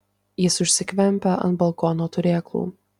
jis užsikvempia ant balkono turėklų